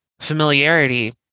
familiarity